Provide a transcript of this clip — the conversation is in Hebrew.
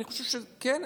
אני חושב שכן,